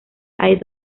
hay